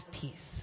peace